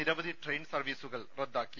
നിരവധി ട്രയിൻ സർവീസുകൾ റദ്ദാക്കി